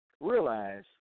realize